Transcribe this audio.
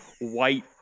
white